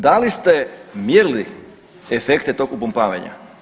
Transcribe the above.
Da li ste mjerili efekte tog upumpavanja?